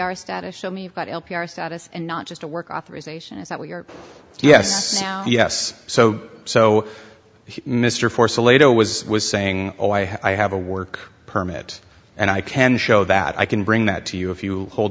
r status show me but l p r status and not just a work authorization is that what you're yes yes so so mr force a ledo was was saying oh i have a work permit and i can show that i can bring that to you if you hold